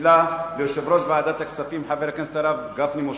תחילה ליושב-ראש ועדת הכספים, חבר הכנסת משה גפני,